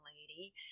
lady